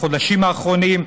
בחודשים האחרונים,